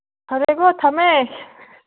ꯐꯔꯦꯀꯣ ꯊꯝꯃꯦ